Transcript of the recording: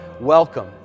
welcome